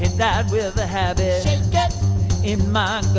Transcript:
that with the habit. get in my